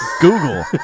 Google